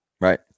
right